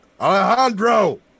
Alejandro